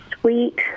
sweet